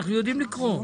אנחנו יודעים לקרוא.